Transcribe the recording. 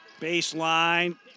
Baseline